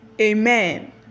Amen